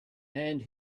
and